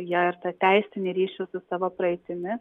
jie ir tą teisinį ryšį su savo praeitimi